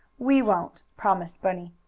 we won't, promised bunny.